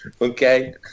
Okay